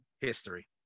history